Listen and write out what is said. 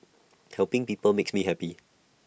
helping people makes me happy